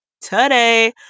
today